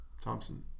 Thompson